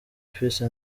peace